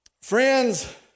Friends